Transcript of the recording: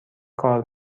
کار